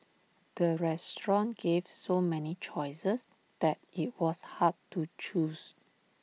the restaurant gave so many choices that IT was hard to choose